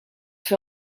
fer